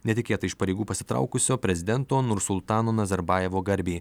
netikėtai iš pareigų pasitraukusio prezidento nursultano nazarbajevo garbei